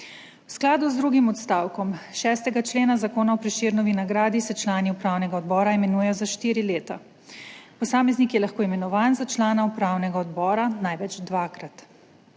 V skladu z drugim odstavkom 6. člena Zakona o Prešernovi nagradi se člani upravnega odbora imenujejo za štiri leta. Posameznik je lahko imenovan za člana upravnega odbora največ dvakrat.